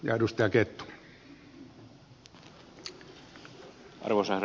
arvoisa herra puhemies